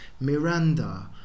Miranda